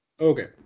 okay